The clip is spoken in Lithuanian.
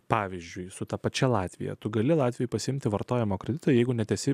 pavyzdžiui su ta pačia latvija tu gali latvijai pasiimti vartojimo kreditą jeigu net esi